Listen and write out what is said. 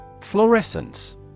Fluorescence